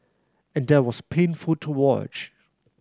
and that was painful to watch